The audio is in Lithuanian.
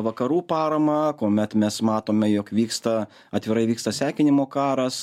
vakarų paramą kuomet mes matome jog vyksta atvirai vyksta sekinimo karas